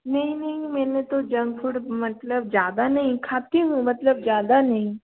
नहीं नहीं मैंने तो जंक फूड मतलब ज़्यादा नहीं खाती हूँ मतलब ज़्यादा नहीं